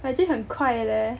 but actually 很快的 leh